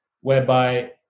whereby